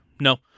no